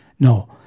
No